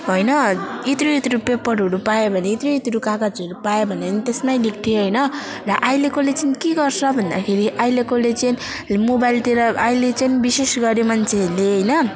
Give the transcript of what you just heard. होइन यत्रु यत्रु पेपरहरू पायो भने यत्रु यत्रु कागजहरू पाए भने पनि त्यसमै लेख्थे होइन र अहिलेकोले चाहिँ के गर्छ भन्दाखेरि अहिलेकोले चाहिँ मोबाइलतिर अहिले चाहिँ विशेष गरी मान्छेहरूले होइन